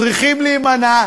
צריכים להימנע,